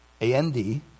A-N-D